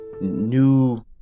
new